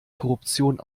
korruption